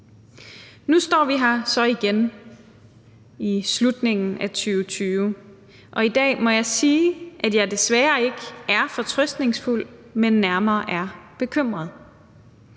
Nu står vi her så igen i slutningen af 2020, og i dag må jeg sige, at jeg desværre ikke er fortrøstningsfuld, men nærmere er bekymret.